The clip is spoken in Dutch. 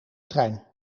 trein